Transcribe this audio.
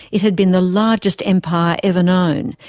it had been the largest empire ever known,